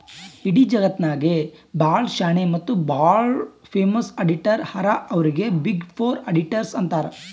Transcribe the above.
ಇಡೀ ಜಗತ್ನಾಗೆ ಭಾಳ ಶಾಣೆ ಮತ್ತ ಭಾಳ ಫೇಮಸ್ ಅಡಿಟರ್ ಹರಾ ಅವ್ರಿಗ ಬಿಗ್ ಫೋರ್ ಅಡಿಟರ್ಸ್ ಅಂತಾರ್